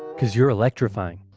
cuz you're electrifying!